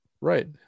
right